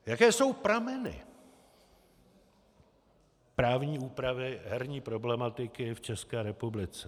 Jaké jsou prameny právní úpravy herní problematiky v České republice.